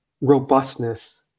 robustness